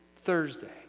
thursday